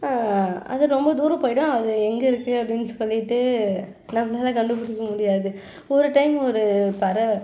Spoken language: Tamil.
அது ரொம்ப தூரம் போய்விடும் அது எங்கே இருக்குது அப்படின்னு சொல்லிட்டு நம்மளால் கண்டுபிடிக்க முடியாது ஒரு டைம் ஒரு பறவை